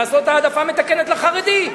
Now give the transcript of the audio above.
מלעשות העדפה מתקנת לחרדים?